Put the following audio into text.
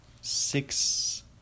six